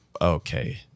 okay